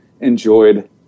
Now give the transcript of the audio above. enjoyed